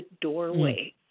doorway